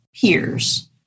peers